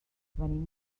venim